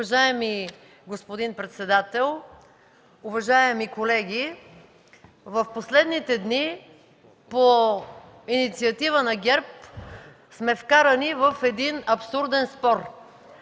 Уважаеми господин председател, уважаеми колеги! В последните дни, по инициатива на ГЕРБ, сме вкарани в един абсурден спор